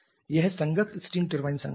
यह संगत steam turbine संगठन है